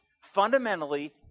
fundamentally